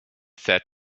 said